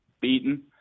beaten